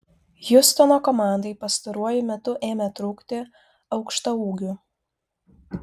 hjustono komandai pastaruoju metu ėmė trūkti aukštaūgių